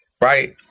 Right